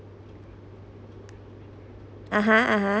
(uh huh) (uh huh)